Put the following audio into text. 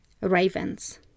Ravens